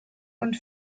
und